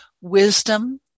wisdom